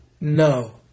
No